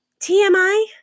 TMI